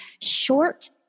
short